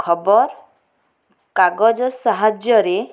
ଖବରକାଗଜ ସାହାଯ୍ୟରେ